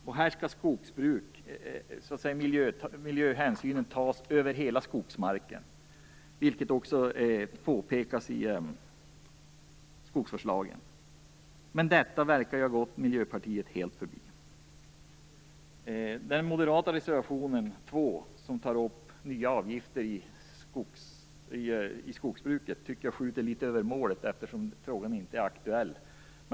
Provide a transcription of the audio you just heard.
Miljöhänsyn skall tas över hela skogsmarken, vilket också påpekas i skogsvårdslagen, men detta verkar ha gått Miljöpartiet helt förbi. I den moderata reservationen nr 2 tar man upp frågan om nya avgifter i skogsbruket, men jag tycker att man där skjuter litet över målet, eftersom frågan inte är aktuell.